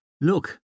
Look